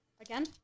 again